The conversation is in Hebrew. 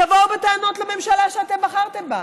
תבואו בטענות לממשלה שאתם בחרתם בה,